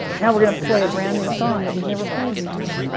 now we're going to play a brand-new song that we've never played before.